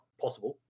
possible